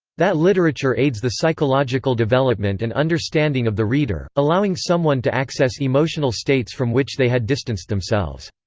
that literature aids the psychological development and understanding of the reader, allowing someone to access emotional states from which they had distanced themselves.